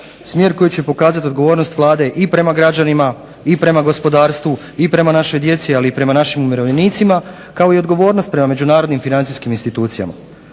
smjer koji će pokazat odgovornost Vlade i prema građanima i prema gospodarstvu i prema našoj djeci ali i prema našim umirovljenicima kao i odgovornost prema međunarodnim financijskim institucijama.